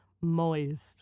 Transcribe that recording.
Moist